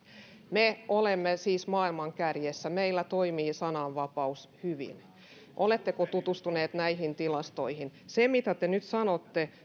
me olemme siis maailman kärjessä meillä toimii sananvapaus hyvin oletteko tutustunut näihin tilastoihin se mitä te nyt sanotte